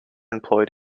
employed